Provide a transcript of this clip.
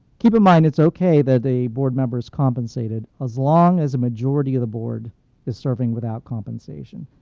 keep in mind, it's ok that the board member is compensated as long as a majority of the board is serving without compensation.